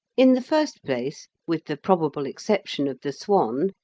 in the first place, with the probable exception of the swan,